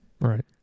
Right